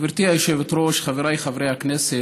גברתי היושבת-ראש, חבריי חברי הכנסת,